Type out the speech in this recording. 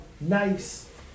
nice